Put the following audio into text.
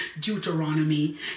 Deuteronomy